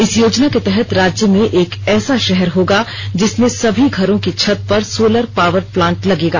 इस योजना के तहत राज्य में एक ऐसा शहर होगा जिसमें सभी घरों की छत पर सोलर पावर प्लांट लगेगा